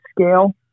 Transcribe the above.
scale